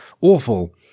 awful